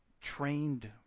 trained